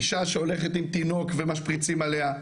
אישה שהולכת עם תינוק ומשפריצים עליה,